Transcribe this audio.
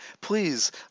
please